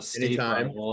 anytime